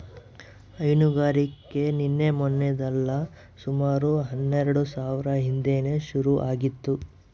ಹೈನುಗಾರಿಕೆ ನಿನ್ನೆ ಮನ್ನೆದಲ್ಲ ಸುಮಾರು ಹನ್ನೆಲ್ಡು ಸಾವ್ರ ಹಿಂದೇನೆ ಶುರು ಆಗಿತ್ತು